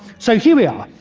so here we are,